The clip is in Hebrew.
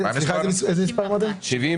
מדובר בעשרות מיליוני שקלים, התקציב